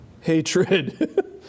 hatred